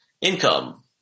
income